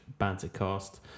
Bantercast